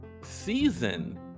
season